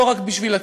לא רק בשביל עצמו,